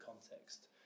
context